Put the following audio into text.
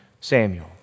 Samuel